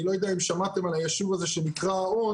אני לא יודע אם שמעתם על הישוב הזה שנקרא האון.